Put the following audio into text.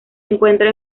encuentra